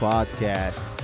Podcast